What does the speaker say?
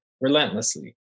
relentlessly